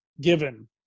given